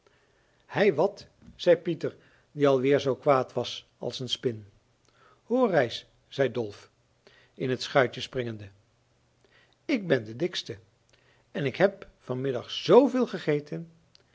heiwat zei pieter die alweer zoo kwaad was als een spin hoor reis zei dolf in het schuitje springende ik ben de dikste en ik heb van middag zoo veel gegeten